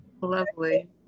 Lovely